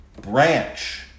branch